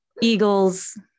eagles